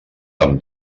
amb